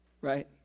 Right